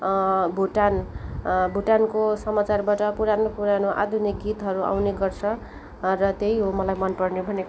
भुटान भुटानको समाचारबाट पुरानो पुरानो आधुनिक गीतहरू आउने गर्छ र त्यही हो मलाई मन पर्ने भनेको